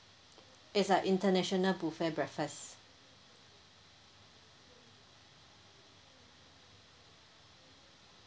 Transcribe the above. it's like international buffet breakfast